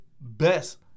best